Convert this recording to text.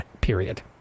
period